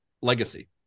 legacy